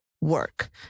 work